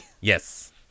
Yes